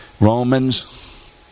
Romans